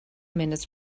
minutes